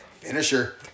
Finisher